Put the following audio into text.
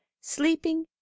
sleeping